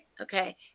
Okay